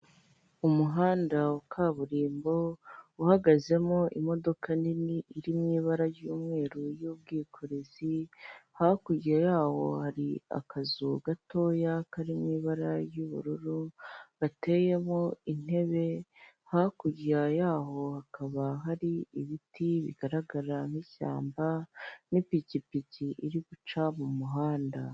Umuhanda wa kaburimbo uhagazemo imodoka nini ifite ibara ry'umweru y'ubwikorezi. hakurya yawo hari akazu gatoya gafite ibara ry'ubururu, gateyemo intebe. Hakurya yako hakaba hari ibiti bigaragara nk'ishyamba n'ipikipiki iri guca mu muhanda